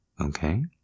Okay